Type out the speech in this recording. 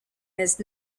his